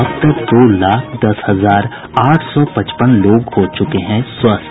अब तक दो लाख दस हजार आठ सौ पचपन लोग हो चुके हैं स्वस्थ